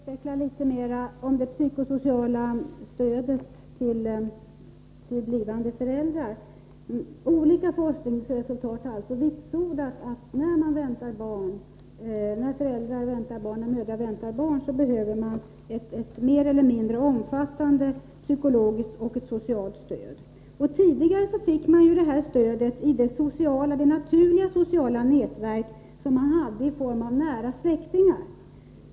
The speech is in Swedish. Herr talman! Jag skulle litet mer vilja utveckla tankegångarna kring det psykosociala stödet till blivande föräldrar. Olika forskningsresultat har vitsordat att kvinnor behöver ett mer eller mindre omfattande psykologiskt och socialt stöd när de väntar barn. Tidigare fick kvinnorna detta stöd i det naturliga sociala nätverk som de hade i form av nära släktingar.